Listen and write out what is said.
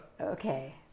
Okay